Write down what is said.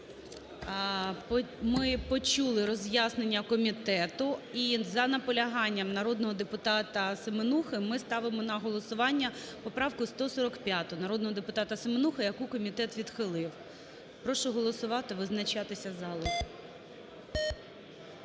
Ми почули роз'яснення комітету. І за наполяганням народного депутата Семенухи ми ставимо на голосування поправку 145 народного депутата Семенухи, яку комітет відхилив. Прошу голосувати, визначатися залу.